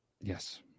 yes